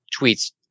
tweets